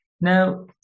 Now